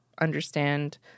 understand